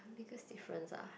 biggest difference ah